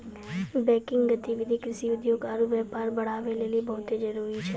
banking गतिविधि कृषि, उद्योग आरु व्यापार बढ़ाबै लेली बहुते जरुरी छै